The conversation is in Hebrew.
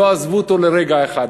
לא עזבו אותו לרגע אחד.